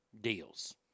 deals